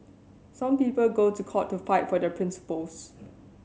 some people go to court to fight for their principles